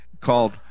called